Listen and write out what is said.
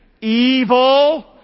evil